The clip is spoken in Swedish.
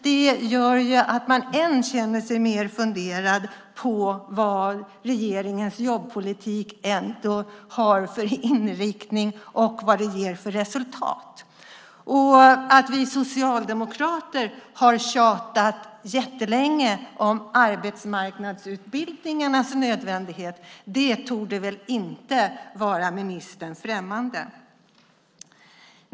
Det gör att man känner sig än mer fundersam när det gäller vad regeringens jobbpolitik har för inriktning och vilket resultat den ger. Att vi socialdemokrater har tjatat jättelänge om arbetsmarknadsutbildningarnas nödvändighet torde inte vara ministern främmande.